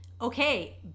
Okay